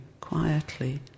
quietly